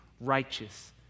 righteous